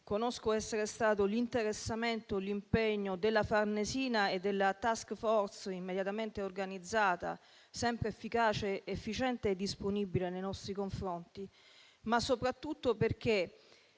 conosco essere stato l'interessamento e l'impegno della Farnesina e della *task force* immediatamente organizzata, sempre efficace, efficiente e disponibile nei nostri confronti, ma anche e soprattutto perché